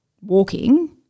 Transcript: walking